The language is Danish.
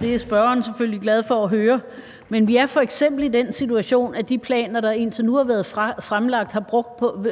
Det er spørgeren selvfølgelig glad for at høre. Men vi er f.eks. i den situation, at de planer, der indtil nu har været fremlagt,